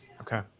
Okay